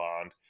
bond